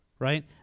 Right